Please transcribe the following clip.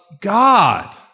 God